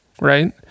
right